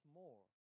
more